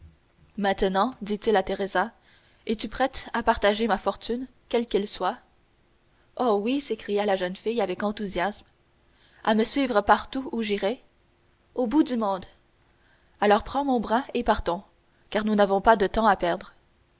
maintenant dit-il à teresa es-tu prête à partager ma fortune quelle qu'elle soit oh oui s'écria la jeune fille avec enthousiasme à me suivre partout où j'irai au bout du monde alors prends mon bras et partons car nous n'avons pas de temps à perdre